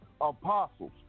apostles